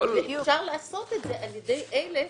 אפשר לעשות זאת על ידי פגיעה באלה